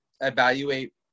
evaluate